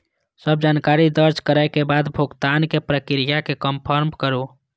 सब जानकारी दर्ज करै के बाद भुगतानक प्रक्रिया कें कंफर्म करू